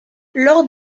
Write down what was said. lors